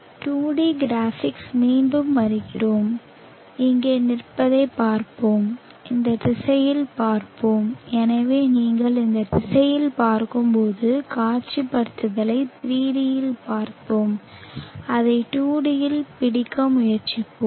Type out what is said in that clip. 2 D graphics மீண்டும் வருகிறோம் இங்கே நிற்பதைப் பார்ப்போம் இந்த திசையில் பார்ப்போம் எனவே நீங்கள் இந்த திசையில் பார்க்கும்போது காட்சிப்படுத்தலை 3D இல் பார்த்தோம் அதை 2D இல் பிடிக்க முயற்சிப்போம்